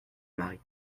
mari